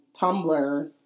Tumblr